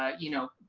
ah you know,